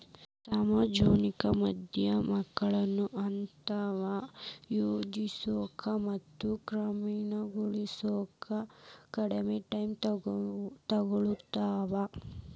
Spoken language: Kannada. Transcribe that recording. ಸಾಮಾಜಿಕ ಮಾಧ್ಯಮಗಳು ತಂತ್ರವನ್ನ ಯೋಜಿಸೋಕ ಮತ್ತ ಕಾರ್ಯಗತಗೊಳಿಸೋಕ ಕಡ್ಮಿ ಟೈಮ್ ತೊಗೊತಾವ